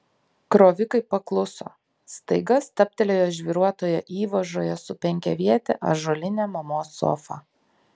krovikai pakluso staiga stabtelėjo žvyruotoje įvažoje su penkiaviete ąžuoline mamos sofa